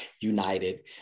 united